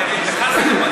דרך אגב,